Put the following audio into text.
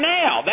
now